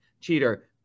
cheater